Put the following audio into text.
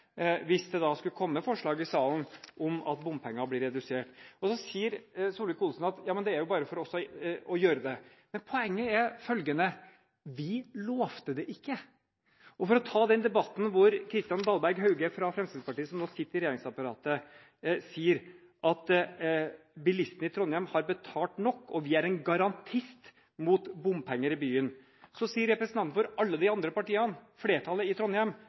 hvis det skulle komme forslag i salen om at bompenger blir redusert. Så sier Solvik-Olsen: Jammen det er jo bare for oss å gjøre det. Men poenget er følgende: Vi lovte det ikke. For å ta den debatten hvor Kristian Dahlberg Hauge, fra Fremskrittspartiet, som nå sitter i regjeringsapparatet, sier: «Bilistene i Trondheim har betalt nok og vi er en garantist mot bompenger i byen.» Så sier representantene for alle de andre de andre partiene – flertallet i Trondheim